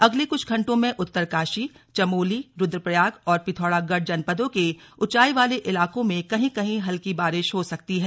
अगले कुछ घंटों में उत्तरकाशी चमोली रुद्रप्रयाग और पिथौरागढ़ जनपदों के ऊंचाई वाले इलाकों में कहीं कहीं हल्की बारिश हो सकती है